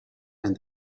and